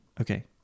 Okay